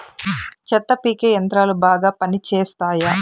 చెత్త పీకే యంత్రాలు బాగా పనిచేస్తాయా?